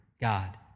God